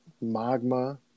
magma